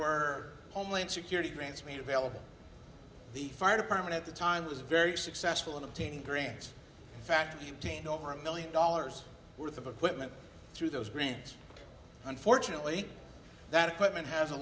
were homeland security grants made available the fire department at the time was very successful in obtaining greens fact you gained over a million dollars worth of equipment through those grants unfortunately that equipment has a